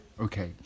Okay